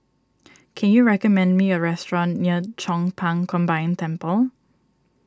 can you recommend me a restaurant near Chong Pang Combined Temple